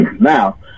Now